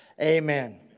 Amen